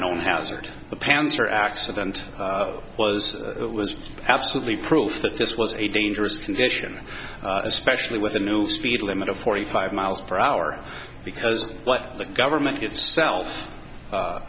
known hazard the panzer accident was it was absolutely proof that this was a dangerous condition especially with the new speed limit of forty five miles per hour because the government itself